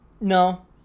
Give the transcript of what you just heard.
no